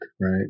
right